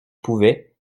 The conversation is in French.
pouvait